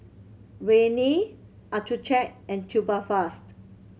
Rene Accucheck and Tubifast